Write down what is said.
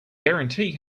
guarantee